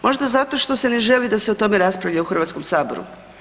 Možda zato što se ne želi da se o tome raspravlja u Hrvatskom saboru.